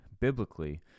biblically